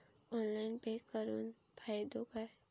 Online pay करुन फायदो काय?